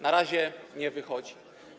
Na razie to nie wychodzi.